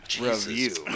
Review